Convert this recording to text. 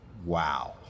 wow